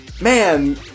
Man